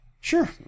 Sure